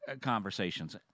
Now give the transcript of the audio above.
conversations